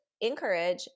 encourage